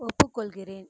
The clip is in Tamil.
ஒப்புக்கொள்கிறேன்